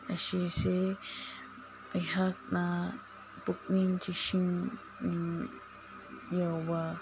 ꯑꯁꯤꯁꯦ ꯑꯩꯍꯥꯛꯅ ꯄꯨꯛꯅꯤꯡ ꯆꯤꯡꯁꯤꯟꯅꯤꯡ ꯌꯥꯎꯕ